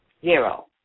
Zero